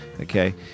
Okay